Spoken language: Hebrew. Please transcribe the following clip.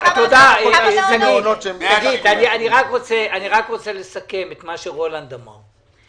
אני רק רוצה לסכם את מה שרולנד אמר.